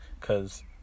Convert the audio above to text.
cause